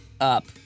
up